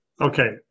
Okay